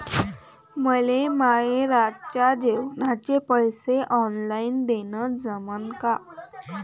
मले माये रातच्या जेवाचे पैसे ऑनलाईन देणं जमन का?